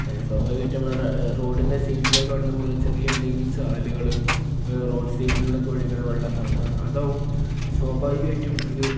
സ്വാഭാവികായിട്ടും നമ്മള് റോഡിൻ്റെ സൈഡിലൊക്കെ കാണുന്നതുപോലെ ചെറിയ എന്തെങ്കിലും ചാലുകള് റോഡ് സൈഡിലൂടെയൊക്കെ ഒഴുകുന്ന വെള്ളങ്ങള് അതാവും സ്വാഭാവികമായിട്ടും ഒരു